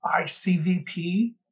ICVP